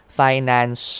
finance